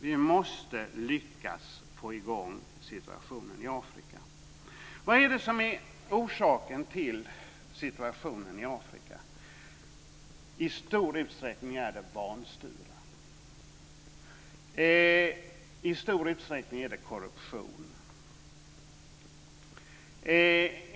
Vi måste lyckas komma till rätta med situationen i Afrika. Vad är det som är orsaken till situationen i Afrika? I stor utsträckning är det vanstyre och korruption.